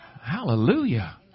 Hallelujah